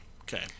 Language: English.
Okay